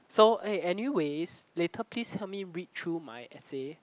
so eh anyways later please help me read through my essay